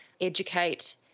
educate